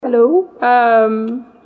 Hello